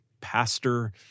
pastor